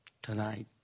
tonight